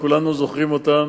כולנו זוכרים אותן,